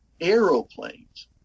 aeroplanes